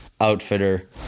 outfitter